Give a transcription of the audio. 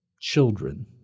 children